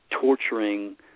torturing